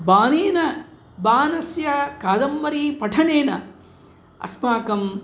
बाणेन बाणस्य कादम्बरीपठनेन अस्माकम्